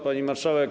Pani Marszałek!